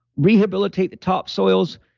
rehabilitate the top soils,